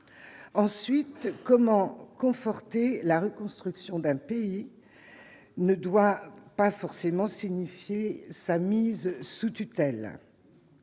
ensuite comment conforter la reconstruction d'un pays ne doit pas forcément signifier sa mise sous tutelle